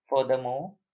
Furthermore